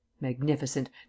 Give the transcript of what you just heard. Magnificent